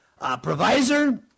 Provisor